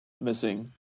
missing